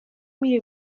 میری